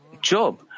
Job